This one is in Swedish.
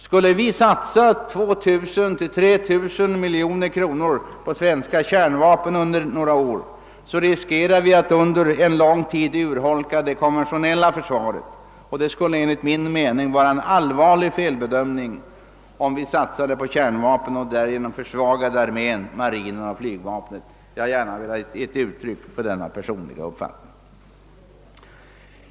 Skulle vi under några år satsa 2 000 å 3 000 miljoner kronor på svenska kärnvapen, riskerar vi att under lång tid urholka det kon ventionella försvaret. Det skulle enligt min mening vara en allvarlig felbedömning om vi satsade på kärnvapen och därigenom försvagade armén, marinen och flygvapnet. Jag har gärna velat ge uttryck för denna personliga uppfattning.